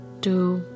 two